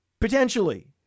Potentially